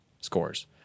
scores